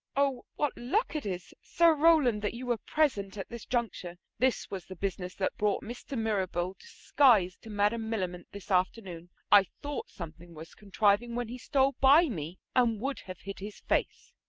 oh, what luck it is, sir rowland, that you were present at this juncture! this was the business that brought mr. mirabell disguised to madam millamant this afternoon. i thought something was contriving, when he stole by me and would have hid his face.